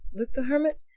luke the hermit?